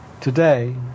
today